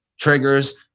triggers